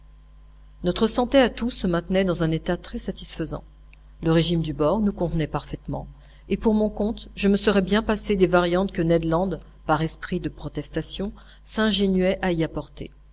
notre santé à tous se maintenait dans un état très satisfaisant le régime du bord nous convenait parfaitement et pour mon compte je me serais bien passé des variantes que ned land par esprit de protestation s'ingéniait à y apporter